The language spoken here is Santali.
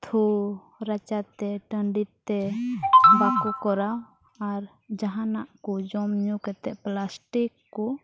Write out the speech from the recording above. ᱛᱷᱩ ᱨᱟᱪᱟᱛᱮ ᱴᱟᱺᱰᱤᱛᱮ ᱵᱟᱠᱚ ᱠᱚᱨᱟᱣ ᱟᱨ ᱡᱟᱦᱟᱱᱟᱜ ᱠᱚ ᱡᱚᱢ ᱧᱩ ᱠᱟᱛᱮ ᱯᱞᱟᱥᱴᱤᱠ ᱠᱚ